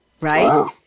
right